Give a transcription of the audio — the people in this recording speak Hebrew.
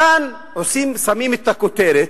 כאן שמים את הכותרת,